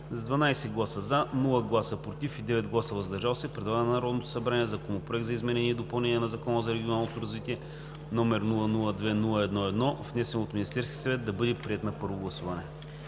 12 гласа „за“, без „против“ и 9 гласа „въздържал се“ предлага на Народното събрание Законопроект за изменение и допълнение на Закона за регионалното развитие, № 002-01-1, внесен от Министерския съвет, да бъде приет на първо гласуване.“